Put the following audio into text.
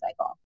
cycle